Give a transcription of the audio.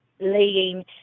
laying